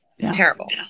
Terrible